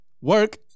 work